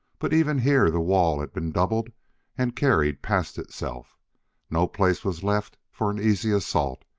but even here the wall had been doubled and carried past itself no place was left for an easy assault,